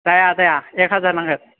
जाया जाया एक हाजार नांगोन